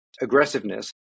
aggressiveness